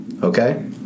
Okay